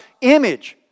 image